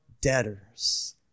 debtors